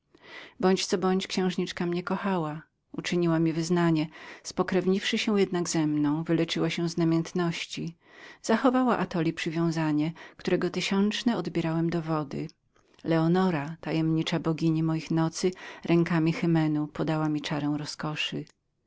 bądź co bądź księżniczka mnie kochała uczyniła mi wyznanie spokrewniwszy się jednak ze mną wyleczyła się z namiętności zachowała mi atoli przywiązanie którego tysiączne odbierałem dowody leonora tajemnicza bogini moich nocy rękami hymenu podała mi czarę roskoszy